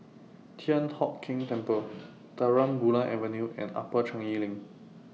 Thian Hock Keng Temple Terang Bulan Avenue and Upper Changi LINK